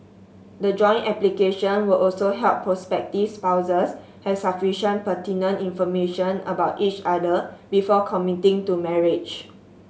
the joint application will also help prospective spouses have sufficient pertinent information about each other before committing to marriage